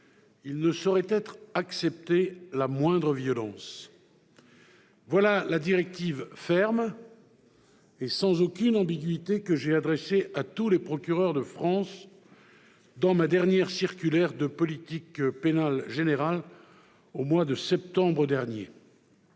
il ne saurait être accepté la moindre violence. » Voilà la directive ferme et sans ambiguïté que j'ai adressée à tous les procureurs de France dans ma dernière circulaire de politique pénale générale, en septembre dernier.